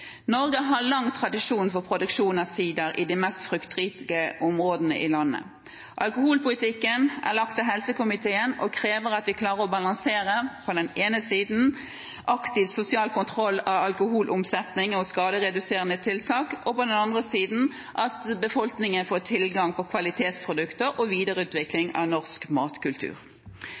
Norge har lang tradisjon for produksjon av sider i de mest fruktrike områdene i landet. Alkoholpolitikken er lagt til helsekomiteen og krever at vi klarer å balansere på den ene siden aktiv sosial kontroll av alkoholomsetningen og skadereduserende tiltak med, på den andre siden at befolkningen får tilgang på kvalitetsprodukter og videreutvikling av norsk matkultur.